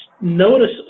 notice